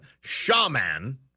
shaman